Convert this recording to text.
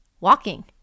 walking